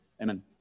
Amen